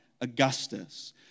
Augustus